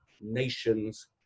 nations